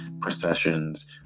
processions